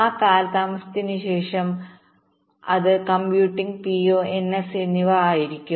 ആ കാലതാമസത്തിന് ശേഷം അത് കമ്പ്യൂട്ടിംഗ് PO NS എന്നിവ ആയിരിക്കും